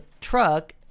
truck